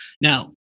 Now